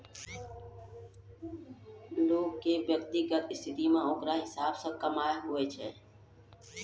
लोग के व्यक्तिगत स्थिति मे ओकरा हिसाब से कमाय हुवै छै